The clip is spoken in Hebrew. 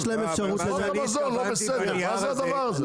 מה זה הדבר הזה?